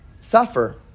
suffer